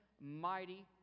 mighty